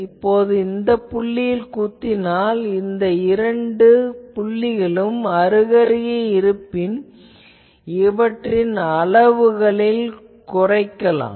இப்போது மற்றொரு புள்ளியில் குத்தினால் இந்த இரண்டு புள்ளிகளும் அருகருகே இருப்பின் இவற்றின் அளவுகளைக் குறைக்கலாம்